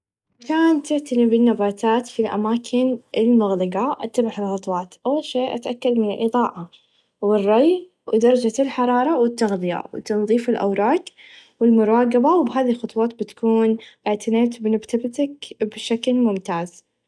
عشان تعتني بالنباتات في الأماكن المغلقه أتبع ها الخطوات أول شئ أتأكد من الإظائه و الري و درچه الحراره و التغذيه و تنظيف الأوراق و المراقبه و بهذا الخطوات بتكون إعتنيت بنبتبتك بشكل ممتاز.